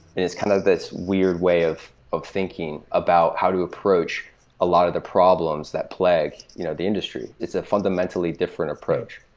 it's kind of this weird way of of thinking about how to approach a lot of the problems that plague you know that industry. it's a fundamentally different approach.